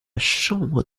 chambre